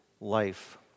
life